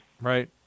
Right